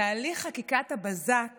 תהליך חקיקת הבזק